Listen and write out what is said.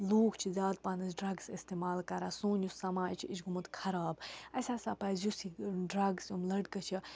لوٗکھ چھِ زیادٕ پَہنَس ڈرٛگٕس استعمال کَران سون یُس سماج چھِ یہِ چھِ گوٚمُت خراب اَسہِ ہَسا پَزِ یُس یہِ ڈرٛگٕز یِم لٔڑکہٕ چھِ